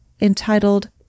entitled